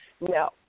No